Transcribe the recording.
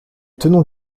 tenants